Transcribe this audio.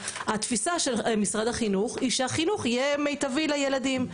התפיסה של משרד החינוך היא שהחינוך יהיה מיטבי לילדים,